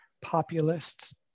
populists